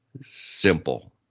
simple